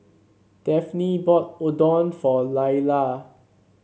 Daphne bought Oden for Lyla